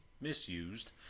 misused